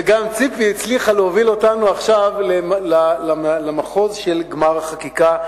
וגם ציפי הצליחה להוביל אותנו עכשיו למחוז של גמר החקיקה,